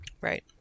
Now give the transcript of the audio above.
Right